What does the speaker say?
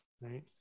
Right